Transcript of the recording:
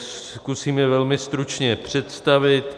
Zkusím je velmi stručně představit.